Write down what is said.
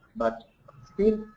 but still,